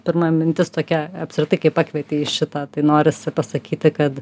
pirma mintis tokia apskritai kai pakvietei į šitą tai norisi pasakyti kad